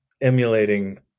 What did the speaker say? emulating